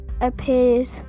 appears